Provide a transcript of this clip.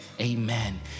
Amen